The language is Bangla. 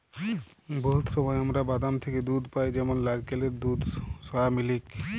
বহুত সময় আমরা বাদাম থ্যাকে দুহুদ পাই যেমল লাইরকেলের দুহুদ, সয়ামিলিক